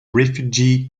refugee